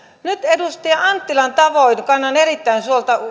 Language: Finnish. nyt edustaja anttilan tavoin kannan erittäin